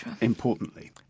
Importantly